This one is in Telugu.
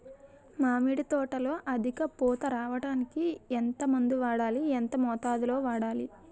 మామిడి తోటలో అధిక పూత రావడానికి ఎంత మందు వాడాలి? ఎంత మోతాదు లో వాడాలి?